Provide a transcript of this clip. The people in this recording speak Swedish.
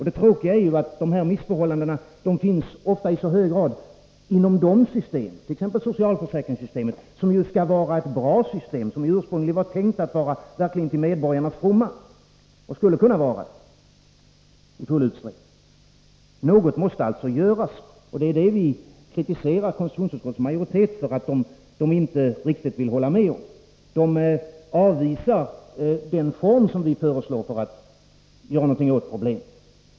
Det tråkiga är att dessa missförhållanden i så hög grad finns inom de system, t.ex. socialförsäkringssystemet, som skall vara bra system, som ursprungligen var tänkta att verkligen vara till medborgarnas fromma och som skulle kunna vara det, i full utsträckning. Något måste alltså göras, och det vi kritiserar konstitutionsutskottets majoritet för är att man inte riktigt håller med om det. Man avvisar den form som vi föreslår för att göra någonting åt problemen.